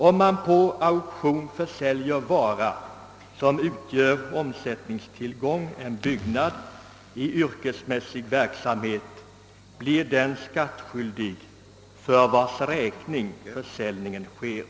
Om man på auktion försäljer vara, som utgör omsättningstillgång eller annan anläggningstillgång än byggnad i yrkesmässig verksamhet, blir den skattskyldig för vars räkning försäljningen sker.